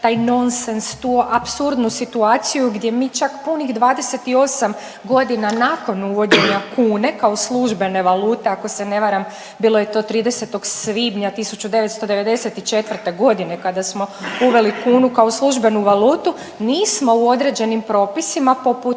taj nonsens tu apsurdnu situaciju gdje mi čak pun 28 godina nakon uvođenja kune kao službene valute ako se ne varam bilo je to 30. svibnja 1994. godine kada smo uveli kunu kao službenu valutu nismo u određenim propisima poput